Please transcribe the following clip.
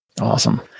Awesome